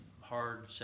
hard